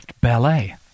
ballet